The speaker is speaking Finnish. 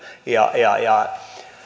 ja ja